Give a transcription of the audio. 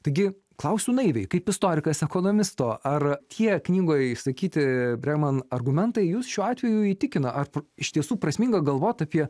taigi klausiu naiviai kaip istorikas ekonomisto ar tie knygoje išsakyti breman argumentai jus šiuo atveju įtikina ar pr iš tiesų prasminga galvot apie